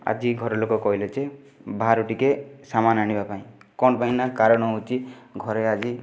ଆଜି ଘର ଲୋକ କହିଲେ ଯେ ବାହାରୁ ଟିକିଏ ସାମାନ ଆଣିବା ପାଇଁ କ'ଣ ପାଇଁ ନା କାରଣ ହେଉଛି ଘରେ ଆଜି